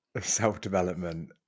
self-development